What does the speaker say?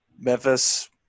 Memphis